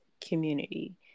community